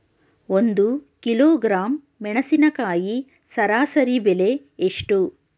ಒಂದು ಕಿಲೋಗ್ರಾಂ ಮೆಣಸಿನಕಾಯಿ ಸರಾಸರಿ ಬೆಲೆ ಎಷ್ಟು?